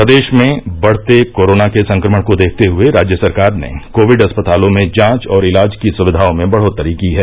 प्रदेश में बढते कोरोना के संक्रमण को देखते हुए राज्य सरकार ने कोविड अस्पतालों में जांच और इलाज की सुविधाओं में बढोतरी की है